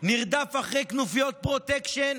נרדף בידי כנופיות פרוטקשן: